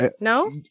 No